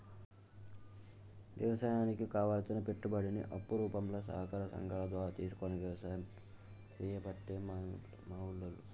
వ్యవసాయానికి కావలసిన పెట్టుబడిని అప్పు రూపంల సహకార సంగాల ద్వారా తీసుకొని వ్యసాయం చేయబట్టే మా ఉల్లోళ్ళు